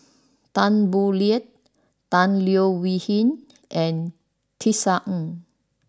Tan Boo Liat Tan Leo Wee Hin and Tisa Ng